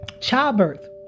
Childbirth